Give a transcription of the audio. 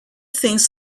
things